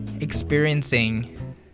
experiencing